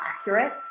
accurate